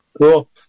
Cool